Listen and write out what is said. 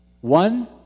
One